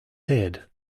head